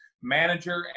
manager